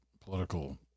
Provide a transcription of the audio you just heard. political